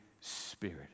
Spirit